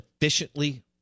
efficiently